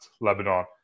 Lebanon